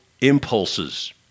impulses